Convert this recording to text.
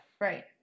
Right